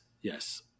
Yes